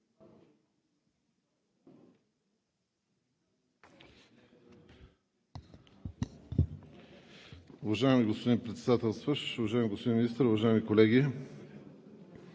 Уважаеми господин Председателстващ, уважаеми господин Министър, уважаеми колеги!